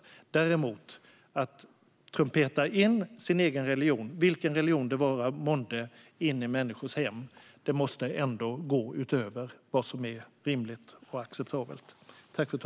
Att däremot trumpeta in sin egen religion - vilken religion det vara månde - i människors hem måste gå utöver vad som är rimligt och acceptabelt.